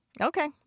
Okay